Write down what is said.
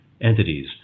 entities